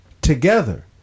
together